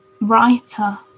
writer